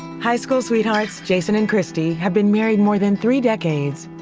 high school sweethearts jason and christie have been married more than three decades.